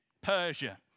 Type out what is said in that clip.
Persia